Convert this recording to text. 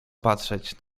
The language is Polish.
patrzeć